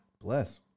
bless